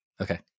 Okay